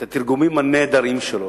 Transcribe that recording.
את התרגומים הנהדרים שלו,